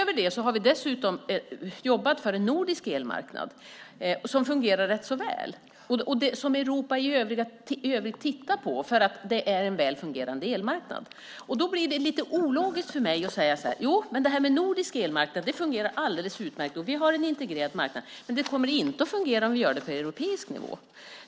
Utöver detta har vi dessutom jobbat för en nordisk elmarknad som fungerar rätt väl och som Europa i övrigt tittar på. Då blir det lite ologiskt för mig att säga att jo, det här med en nordisk elmarknad fungerar alldeles utmärkt, och vi har en integrerad marknad, men det kommer inte att fungera om vi gör det på europeisk nivå.